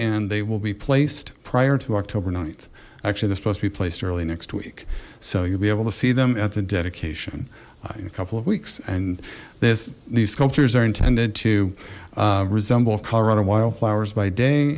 and they will be placed prior to october th actually the supposed to be placed early next week so you'll be able to see them at the dedication in a couple of weeks and this these sculptures are intended to resemble colorado wildflowers by day